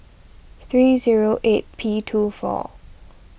three zero eight P two four